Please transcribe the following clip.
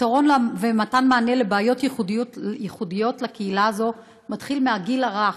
הפתרון ומתן המענה לבעיות ייחודיות לקהילה הזאת מתחילים מהגיל הרך.